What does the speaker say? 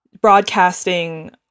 broadcasting